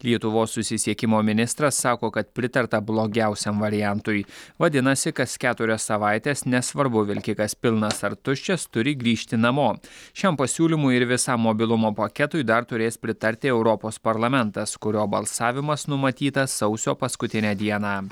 lietuvos susisiekimo ministras sako kad pritarta blogiausiam variantui vadinasi kas keturias savaites nesvarbu vilkikas pilnas ar tuščias turi grįžti namo šiam pasiūlymui ir visam mobilumo paketui dar turės pritarti europos parlamentas kurio balsavimas numatytas sausio paskutinę dieną